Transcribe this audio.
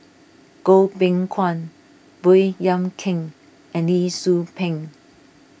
Goh Beng Kwan Baey Yam Keng and Lee Tzu Pheng